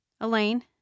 Elaine